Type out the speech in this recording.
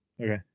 Okay